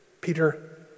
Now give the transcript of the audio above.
Peter